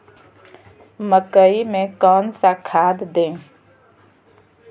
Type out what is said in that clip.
मकई में कौन सा खाद दे?